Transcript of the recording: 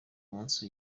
munsi